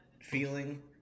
feeling